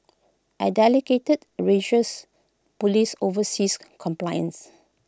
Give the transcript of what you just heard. A religious Police oversees compliance